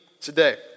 today